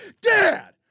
Dad